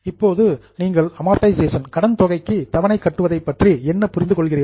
இப்போது நீங்கள் அமார்டைசேஷன் கடன் தொகைக்கு தவணை கட்டுவதைப் பற்றி என்ன புரிந்து கொள்கிறீர்கள்